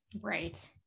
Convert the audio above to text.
right